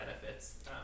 benefits